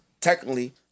technically